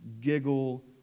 giggle